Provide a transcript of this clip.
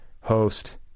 host